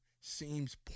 seems